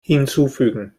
hinzufügen